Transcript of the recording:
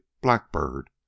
blackbird